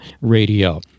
radio